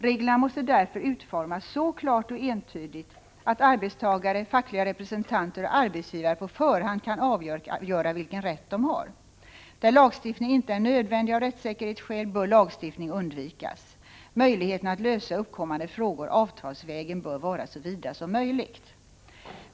Reglerna måste därför utformas så klart och entydigt att arbetstagare, fackliga representanter och arbetsgivare på förhand kan avgöra vilken rätt de har. Där lagstiftning inte är nödvändig av rättssäkerhetsskäl bör lagstiftning undvikas. Möjligheterna att lösa uppkommande frågor avtalsvägen bör vara så vida som möjligt.